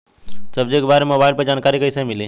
सब्जी के बारे मे मोबाइल पर जानकारी कईसे मिली?